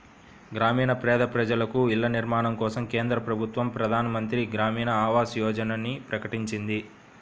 గ్రామీణ పేద ప్రజలకు ఇళ్ల నిర్మాణం కోసం కేంద్ర ప్రభుత్వం ప్రధాన్ మంత్రి గ్రామీన్ ఆవాస్ యోజనని ప్రకటించింది